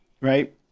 right